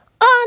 On